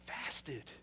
fasted